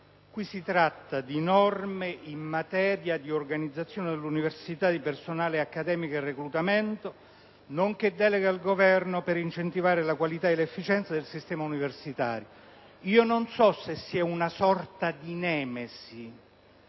come titolo «Norme in materia di organizzazione delle università, di personale accademico e reclutamento, nonché delega al Governo per incentivare la qualità e l'efficienza del sistema universitario». Non so se sia una sorta di nemesi